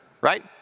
right